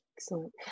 Excellent